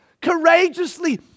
Courageously